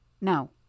No